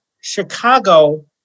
Chicago